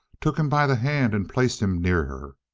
took him by the hand and placed him near her.